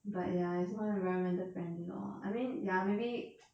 but ya as long as environmental friendly lor I mean ya maybe